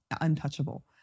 untouchable